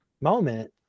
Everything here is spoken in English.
moment